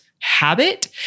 habit